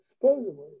Supposedly